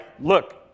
look